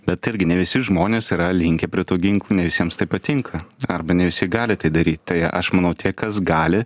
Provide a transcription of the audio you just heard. bet irgi ne visi žmonės yra linkę prie tų ginklų ne visiems tai patinka arba ne visi gali tai daryt tai aš manau tie kas gali